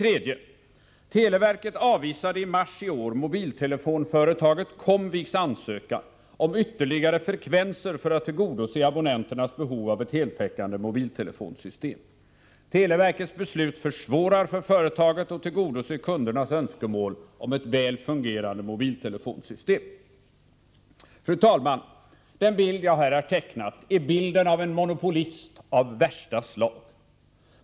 Televerket avvisade i mars i år mobiltelefonföretaget Comviks ansökan om ytterligare frekvenser för att tillgodose abonnenternas behov av ett heltäckande mobiltelefonsystem. Televerkets beslut försvårar för företaget att tillgodose kundernas önskemål om ett väl fungerande mobiltelefonsystem. Fru talman! Den bild jag här tecknat är bilden av en monopolism av värsta slag.